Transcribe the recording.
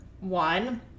one